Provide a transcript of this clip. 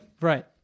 Right